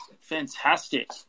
Fantastic